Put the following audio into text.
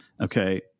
Okay